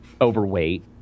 overweight